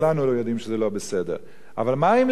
אבל מה עם להסית באופן חוקי,